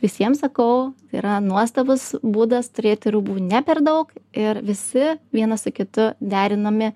visiem sakau yra nuostabus būdas turėti rūbų ne per daug ir visi vienas su kitu derinami